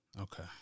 okay